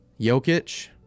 Jokic